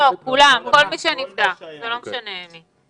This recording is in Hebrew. לא, כולם, כל מי שנבדק, לא משנה מי.